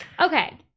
Okay